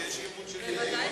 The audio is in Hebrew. שיש אי-אמון של סיעת קדימה.